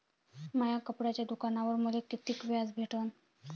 माया कपड्याच्या दुकानावर मले कितीक व्याज भेटन?